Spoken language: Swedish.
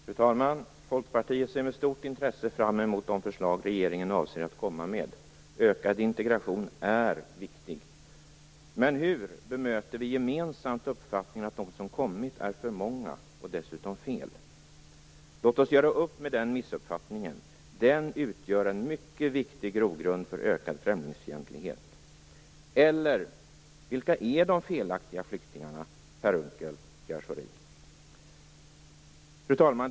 Fru talman! Folkpartiet ser med stort intresse fram emot de förslag regeringen avser att komma med. Ökad integration är viktig. Men hur bemöter vi gemensamt uppfattningen att de som kommit är för många, och dessutom fel? Låt oss göra upp med den missuppfattningen! Den utgör en mycket viktig grogrund för ökad främlingsfientlighet. Vilka är de felaktiga flyktingarna, Per Unckel och Pierre Schori? Fru talman!